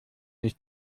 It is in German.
ist